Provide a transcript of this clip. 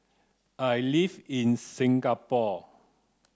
I live in Singapore